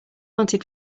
wanted